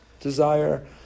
desire